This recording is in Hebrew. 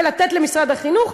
ולתת למשרד החינוך.